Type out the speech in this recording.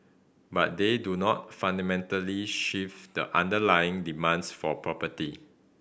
but they do not fundamentally shift the underlying demands for property